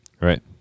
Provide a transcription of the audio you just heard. Right